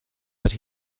but